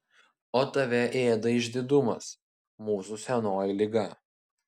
o tave ėda išdidumas mūsų senoji liga